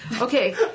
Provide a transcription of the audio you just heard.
Okay